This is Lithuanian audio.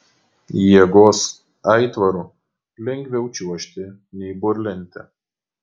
jėgos aitvaru lengviau čiuožti nei burlente